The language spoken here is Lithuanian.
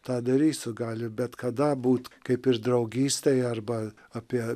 tą darysiu gali bet kada būt kaip ir draugystėj arba apie